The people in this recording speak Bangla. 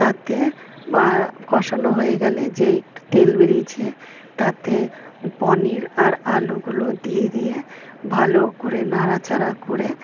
তাতে কষানো হয়ে গেলে যেই তেল বেরিয়েছে তাতে পনির আর আলুগুলো দিয়ে দিয়ে ভালো করে নাড়াচাড়া করে